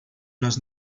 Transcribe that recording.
nas